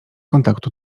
kontaktu